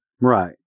Right